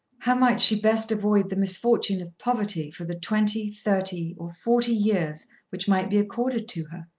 how might she best avoid the misfortune of poverty for the twenty, thirty, or forty years which might be accorded to her?